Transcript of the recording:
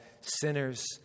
sinners